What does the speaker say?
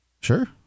Sure